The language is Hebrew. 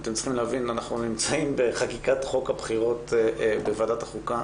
אתם צריכים להבין שאנחנו נמצאים בחקיקת חוק הבחירות בוועדת החוקה